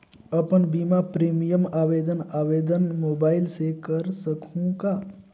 अपन बीमा प्रीमियम आवेदन आवेदन मोबाइल से कर सकहुं का?